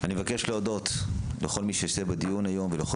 אני מבקש להודות לכל מי שהשתתף היום בדיון ולכל